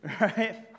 right